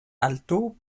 alto